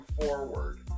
forward